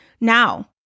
now